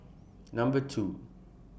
Number two